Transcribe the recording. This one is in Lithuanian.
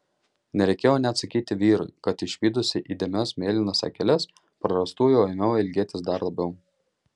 nereikėjo net sakyti vyrui kad išvydusi įdėmias mėlynas akeles prarastųjų ėmiau ilgėtis dar labiau